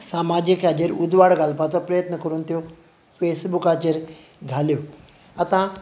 पूण एक सामाजीक हाजेर उजवाड घालपाचो प्रयत्न करून त्यो फेसबुकाचेर घाल्यो